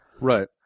Right